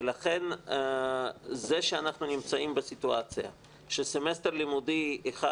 ולכן זה שאנחנו נמצאים בסיטואציה שסמסטר לימודי אחד